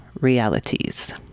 realities